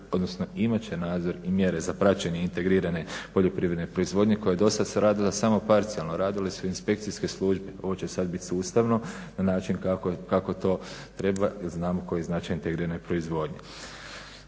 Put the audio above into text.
odnosno imat će nadzor i mjere za praćenje integrirane poljoprivredne proizvodnje koja je dosad se radila samo parcijalno. Radile su inspekcijske službe, ovo će sad bit sustavno, način kako to treba jer znamo koji je značaj integrirane proizvodnje.